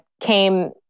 came